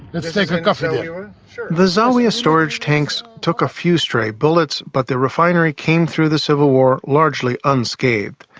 let's take a coffee there. the zawiya storage tanks took a few stray bullets, but the refinery came through the civil war largely unscathed.